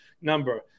number